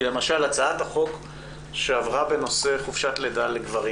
כי למשל הצעת החוק שעברה בנושא חופשת לידה לגברים